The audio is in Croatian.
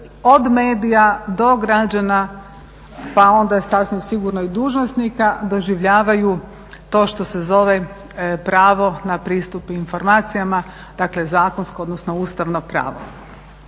od medija do građana pa onda sasvim sigurno i dužnosnika doživljavaju to što se zove pravo na pristup informacijama, dakle zakonsko odnosno ustavno pravo.